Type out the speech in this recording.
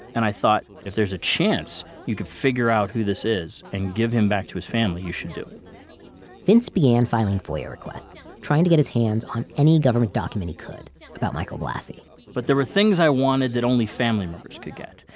and i thought, if there's a chance you could figure out who this is, and give him back to his family, you should do it vince began filing foia requests, trying to get his hands on any government document he could about michael blassi but there were things i wanted that only family members could get,